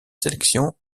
sélection